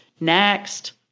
next